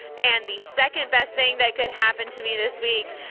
and the second-best thing that could happen to me this week